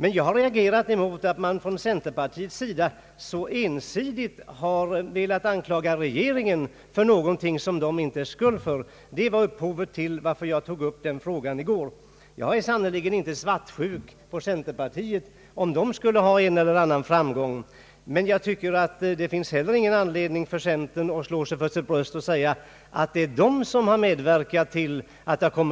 Men jag har reagerat mot att man från centerpartiets sida så en Allmänpolitisk debatt sidigt velat anklaga regeringen för något som den inte bär skulden för. Det är anledningen till att jag tog upp denna fråga i går. Jag är sannerligen inte svartsjuk på centerpartiet, om det skulle ha en eller annan framgång. Men jag tycker att det inte heller finns någon anledning för centern att slå sig för sitt bröst och säga att det är centern som medverkat till